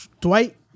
Dwight